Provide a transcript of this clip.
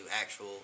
actual